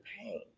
pain